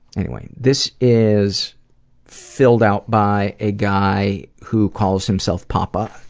anyway. this is filled out by a guy who calls himself papa,